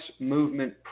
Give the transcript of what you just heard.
Movement